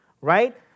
right